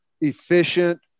efficient